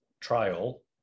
trial